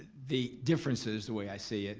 the difference is, the way i see it,